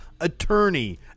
attorney